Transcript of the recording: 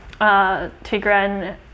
Tigran